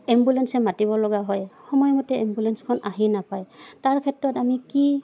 এম্বুলেঞ্চে মাতিব লগা হয় সময়মতে এম্বুলেঞ্চখন আহি নাপায় তাৰ ক্ষেত্ৰত আমি কি